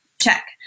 Check